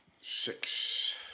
Six